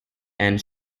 and